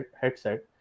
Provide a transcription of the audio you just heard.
headset